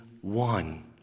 one